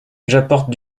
j’apporte